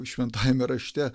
šventajame rašte